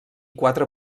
quatre